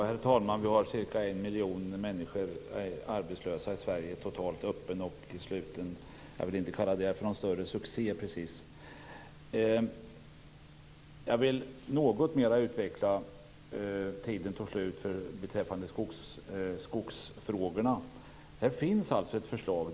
Herr talman! Vi har cirka en miljon människor i öppen och sluten arbetslöshet. Jag vill inte kalla det för någon större succé. Tiden i min förra replik tog slut när jag talade om skogsfrågorna. Jag vill något mer utveckla den saken. Här finns ett förslag.